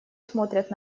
смотрят